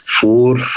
four